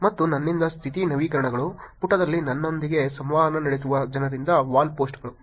ಮತ್ತು ನನ್ನಿಂದ ಸ್ಥಿತಿ ನವೀಕರಣಗಳು ಪುಟದಲ್ಲಿ ನನ್ನೊಂದಿಗೆ ಸಂವಹನ ನಡೆಸುವ ಜನರಿಂದ ವಾಲ್ ಪೋಸ್ಟ್ಗಳು